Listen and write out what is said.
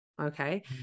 Okay